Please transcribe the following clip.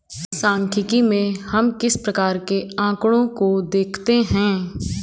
सांख्यिकी में हम किस प्रकार के आकड़ों को देखते हैं?